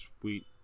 Sweet